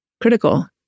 critical